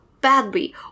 badly